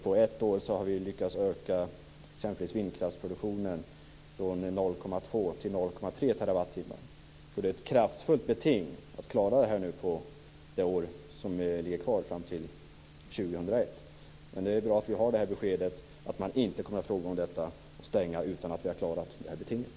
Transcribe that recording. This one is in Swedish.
På ett år har vi lyckats öka exempelvis vindkraftsproduktionen från 0,2 till 0,3 terawattimmar, så det är ett kraftfullt beting att klara det här under det år som är kvar till år 2001. Men det är bra att vi nu har fått beskedet att man inte kommer att frångå detta och stänga utan att vi har klarat betinget.